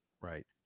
Right